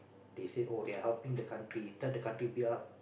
they said oh they're helping the country turn the country build up